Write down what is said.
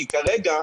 כי כרגע,